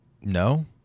No